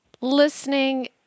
listening